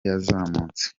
yazamutse